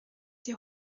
die